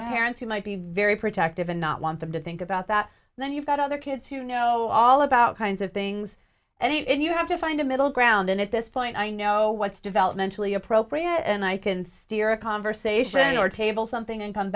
have parents who might be very protective and not want them to think about that and then you've got other kids who know all about kinds things and you have to find a middle ground and at this point i know what's developmentally appropriate and i can steer a conversation or table something and come